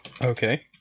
Okay